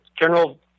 general